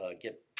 get